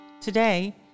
Today